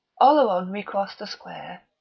oleron recrossed the square,